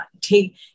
take